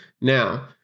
now